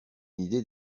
idée